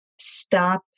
stop